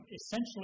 Essentially